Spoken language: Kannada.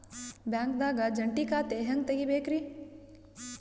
ಬ್ಯಾಂಕ್ದಾಗ ಜಂಟಿ ಖಾತೆ ಹೆಂಗ್ ತಗಿಬೇಕ್ರಿ?